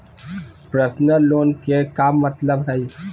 Personal loan के का मतलब हई?